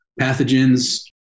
pathogens